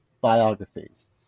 biographies